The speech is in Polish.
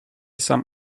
sam